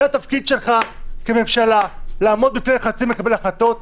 זה התפקיד שלך כממשלה לעמוד בפני לחצים ולקבל החלטות.